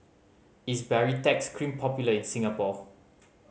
is Baritex Cream popular in Singapore